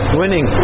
winning